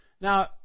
Now